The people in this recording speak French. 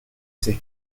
c’est